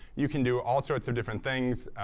you can do all sorts of different things